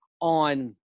on